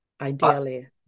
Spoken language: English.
ideally